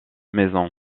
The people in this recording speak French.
maison